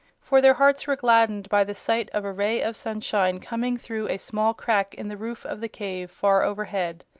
for their hearts were gladdened by the sight of a ray of sunshine coming through a small crack in the roof of the cave, far overhead.